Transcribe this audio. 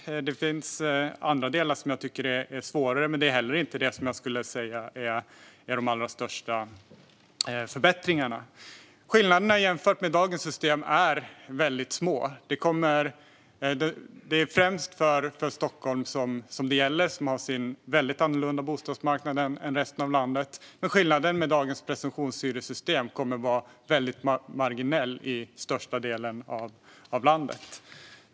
Det finns andra delar som jag tycker är svårare, men det är inte heller det förslag som jag skulle säga ger de allra största förbättringarna. Skillnaderna jämfört med dagens system är väldigt små och gäller främst Stockholm med dess väldigt annorlunda bostadsmarknad jämfört med resten av landet. Skillnaden mot dagens presumtionshyressystem kommer att vara väldigt marginell i största delen av landet.